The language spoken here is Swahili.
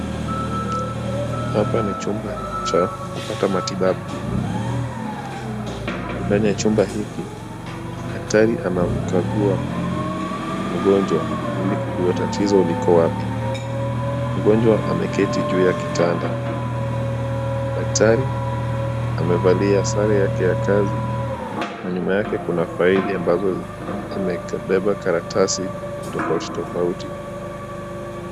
Hapa ni chumba cha kupata matibabu. Ndani ya chumba hiki, daktari anamkagua mgonjwa ili kujua tatizo liko wapi. Mgonjwa ameketi juu ya kitanda. Daktari amevalia sare yake ya kazi na nyuma yake kuna faili ambazo zimebeba karatasi tofauti tofauti.